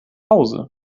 hause